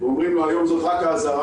ואומרים לו: היום זאת רק האזהרה,